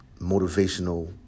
motivational